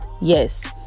Yes